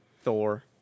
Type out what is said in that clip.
Thor